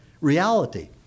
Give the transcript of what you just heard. reality